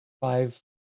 five